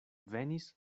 venis